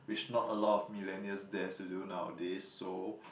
which not a lot of millennial dares to do nowadays so